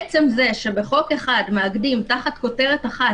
עצם זה שבחוק אחד מאגדים תחת כותרת אחת